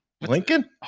Lincoln